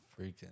freaking